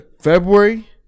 February